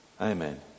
Amen